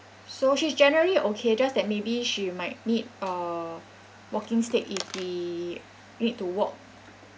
so she's generally okay just that maybe she might need a walking stick if we need to walk